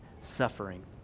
suffering